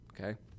okay